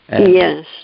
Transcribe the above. Yes